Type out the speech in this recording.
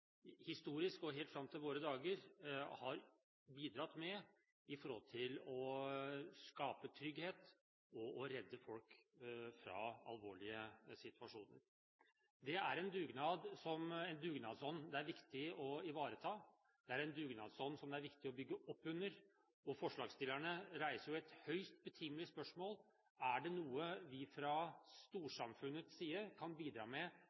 historisk og helt fram til våre dager har bidratt med når det gjelder å skape trygghet og redde folk fra alvorlige situasjoner. Det er en dugnadsånd det er viktig å ivareta, det er en dugnadsånd som det er viktig å bygge opp under, og forslagsstillerne reiser jo et høyst betimelig spørsmål: Er det noe vi fra storsamfunnets side kan bidra med